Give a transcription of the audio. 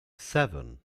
seven